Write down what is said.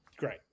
great